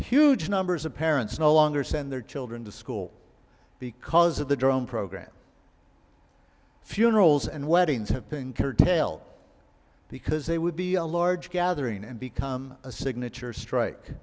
huge numbers of parents no longer send their children to school because of the drone program funerals and weddings have been curtailed because they would be a large gathering and become a signature stri